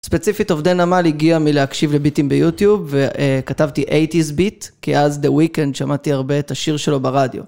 ספציפית, עובדי נמל הגיע מלהקשיב לביטים ביוטיוב, וכתבתי 80's beat, כי אז, The Weeknd, שמעתי הרבה את השיר שלו ברדיו.